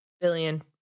billion